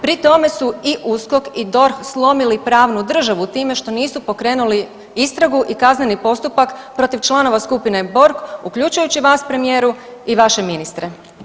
Pri tome su i USKOK i DORH slomili pravnu državu time što nisu pokrenuli istragu i kazneni postupak protiv članova skupine Borg uključujući vas premijeru i vaše ministre.